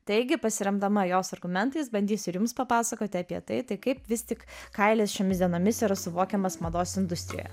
taigi pasiremdama jos argumentais bandysiu ir jums papasakoti apie tai tai kaip vis tik kailis šiomis dienomis yra suvokiamas mados industrijoje